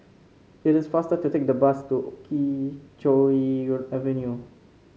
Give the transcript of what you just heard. it is faster to take the bus to Kee Choe Avenue